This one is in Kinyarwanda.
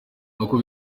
nubwo